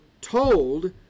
told